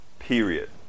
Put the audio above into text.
Period